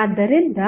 ಆದ್ದರಿಂದ